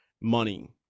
money